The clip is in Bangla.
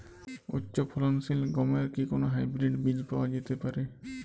উচ্চ ফলনশীল গমের কি কোন হাইব্রীড বীজ পাওয়া যেতে পারে?